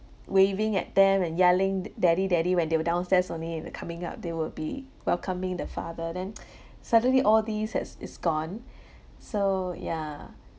waving at them and yelling d~ daddy daddy when they were downstairs only and they coming up they will be welcoming the father then suddenly all these has it's gone so ya